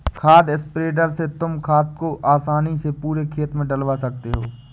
खाद स्प्रेडर से तुम खाद को आसानी से पूरे खेत में डलवा सकते हो